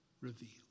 revealed